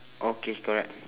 okay correct